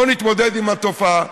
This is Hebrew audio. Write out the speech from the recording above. בואו נתמודד עם התופעה,